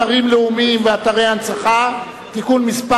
אתרים לאומיים ואתרי הנצחה (תיקון מס'